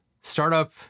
startup